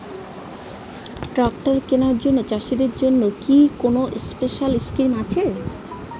Tractor কেনার জন্য চাষিদের জন্য কি কোনো স্পেশাল স্কিম আছে?